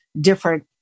different